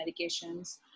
medications